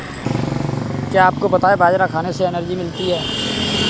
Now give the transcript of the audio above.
क्या आपको पता है बाजरा खाने से एनर्जी मिलती है?